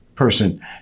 person